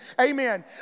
Amen